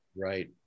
right